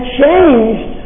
changed